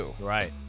Right